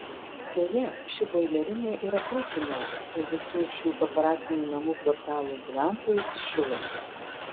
beje ši boilerinė ir aprūpina visą šių kooperatinių namų kvartalų gyventojus šiluma